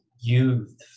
youth